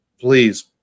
please